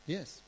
Yes